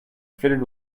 fitted